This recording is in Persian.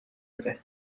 بره